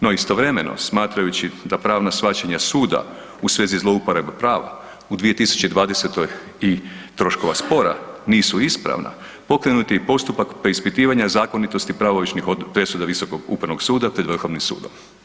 No istovremeno smatrajući da pravna shvaćanja suda u svezi zlouporabe prava u 2020. i troškova spora nisu ispravna pokrenut je i postupak preispitivanja zakonitosti pravomoćnih presuda visokog upravnog suda pred vrhovnim sudom.